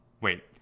Wait